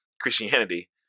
Christianity